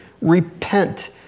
Repent